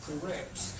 Correct